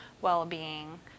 well-being